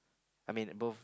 I mean it both